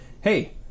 hey